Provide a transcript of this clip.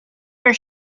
are